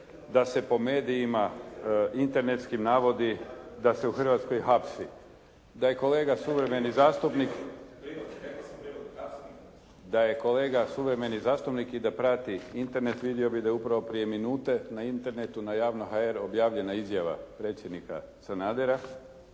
suvremeni zastupnik… … /Upadica se ne čuje./ … Da je kolega suvremeni zastupnik i da prati Internet vidio bi da je upravo prije minute na javno.hr objavljena izjava predsjednika Sanadera,